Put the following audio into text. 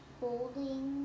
holding